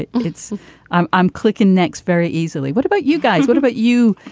it's i'm i'm clicking next very easily. what about you guys? what about you?